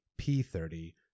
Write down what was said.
P30